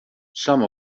some